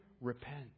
Repent